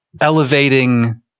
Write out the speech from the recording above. elevating